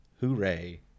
Hooray